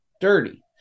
dirty